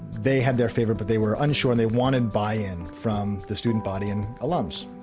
they had their favorite but they were unsure. and they wanted buy-in from the student body and alums.